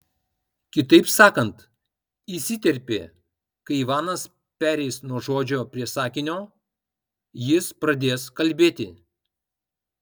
kitaip sakant įsiterpė kai ivanas pereis nuo žodžio prie sakinio jis pradės kalbėti